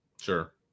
Sure